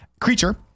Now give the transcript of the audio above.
creature